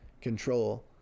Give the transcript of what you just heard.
control